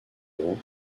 rang